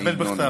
יקבל בכתב.